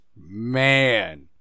man